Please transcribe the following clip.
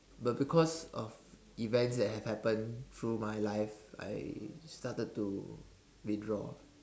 but because of events that have happen through my life I started to withdraw